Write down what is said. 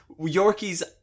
Yorkie's